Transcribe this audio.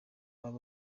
baba